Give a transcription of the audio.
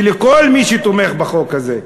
ולכל מי שתומך בחוק הזה: